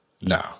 No